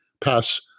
pass